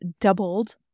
doubled